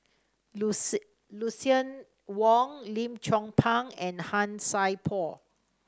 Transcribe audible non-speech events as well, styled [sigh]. [unintelligible] Lucien Wang Lim Chong Pang and Han Sai Por